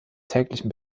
täglichen